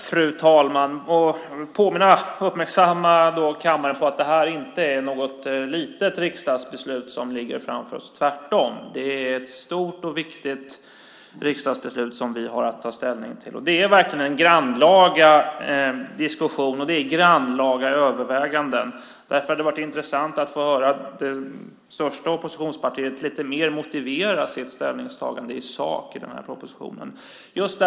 Fru talman! Jag vill uppmärksamma kammaren på att det inte är något litet riksdagsbeslut som ligger framför oss, tvärtom. Det är ett stort och viktigt riksdagsbeslut som vi har att ta ställning till. Det är en grannlaga diskussion och grannlaga överväganden. Därför hade det varit intressant att få höra det största oppositionspartiet lite mer motivera sitt ställningstagande i sak i den här propositionen.